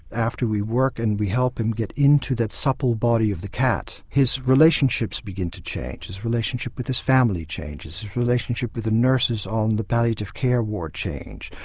after we work and we help him get into that supple body of the cat his relationships begin to change his relationship with his family changes, his relationships with the nurses on the palliative care ward change,